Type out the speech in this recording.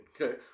Okay